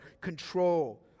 control